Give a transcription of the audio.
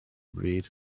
bryd